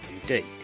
indeed